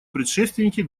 предшественники